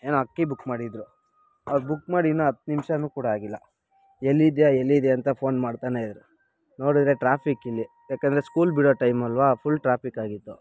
ಏನೋ ಅಕ್ಕಿ ಬುಕ್ ಮಾಡಿದ್ದರು ಅದು ಬುಕ್ ಮಾಡಿ ಇನ್ನೂ ಹತ್ತು ನಿಮಿಷನೂ ಕೂಡ ಆಗಿಲ್ಲ ಎಲ್ಲಿದ್ದೀಯಾ ಎಲ್ಲಿದ್ದೀಯಾ ಅಂತ ಫೋನ್ ಮಾಡ್ತಾನೇ ಇದ್ದರು ನೋಡಿದರೆ ಟ್ರಾಫಿಕ್ ಇಲ್ಲಿ ಯಾಕೆಂದರೆ ಸ್ಕೂಲ್ ಬಿಡೋ ಟೈಮ್ ಅಲ್ಲವಾ ಫುಲ್ ಟ್ರಾಫಿಕ್ ಆಗಿತ್ತು